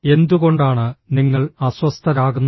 എന്തുകൊണ്ടാണ് നിങ്ങൾ അസ്വസ്ഥരാകുന്നത്